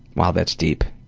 wow, that's deep.